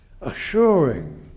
assuring